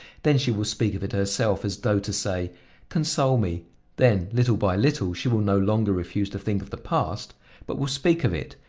then she will speak of it herself as though to say console me then little by little she will no longer refuse to think of the past but will speak of it,